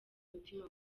mutima